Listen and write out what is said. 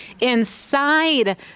inside